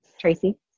Tracy